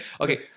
Okay